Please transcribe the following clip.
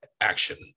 action